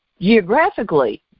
geographically